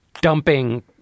dumping